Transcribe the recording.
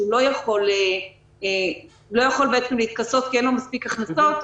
לא יכול להתכסות כי אין לו מספיק הכנסות.